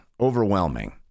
overwhelming